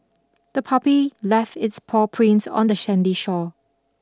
the puppy left its paw prints on the sandy shore